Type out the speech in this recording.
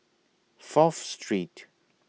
Fourth Street